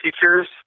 teachers